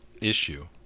issue